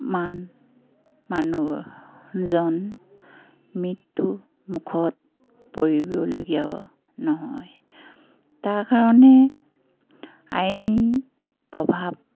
মানুহজন মৃত্যুমুখত পৰিবলগীয়া নহয় তাৰ কাৰণে আইনী প্ৰভাৱ